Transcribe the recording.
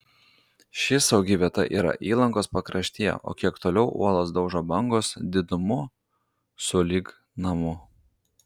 ši saugi vieta yra įlankos pakraštyje o kiek toliau uolas daužo bangos didumo sulig namu